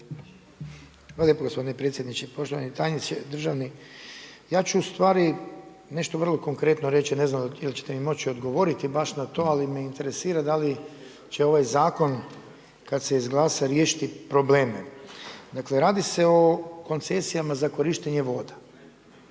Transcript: lijepo gospodine predsjedniče. Poštovani državni tajniče. Ja ću ustvari nešto vrlo konkretno reći, ne znam jel ćete mi moći odgovoriti baš na to, ali me interesira da li će ovaj zakon kada se izglasa riješiti probleme. Dakle radi se o koncesijama za korištenje voda.